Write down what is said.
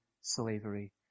slavery